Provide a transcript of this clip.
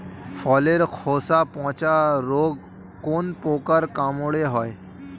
ফলের খোসা পচা রোগ কোন পোকার কামড়ে হয়?